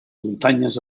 muntanyes